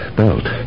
belt